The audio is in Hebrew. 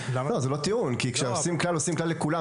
כי כשעושים כלל עושים אותו לכולם.